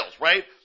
right